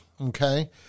Okay